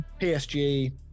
psg